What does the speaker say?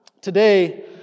Today